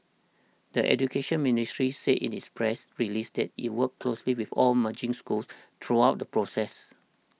the Education Ministry said its press released it worked closely with all merging schools throughout the process